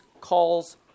calls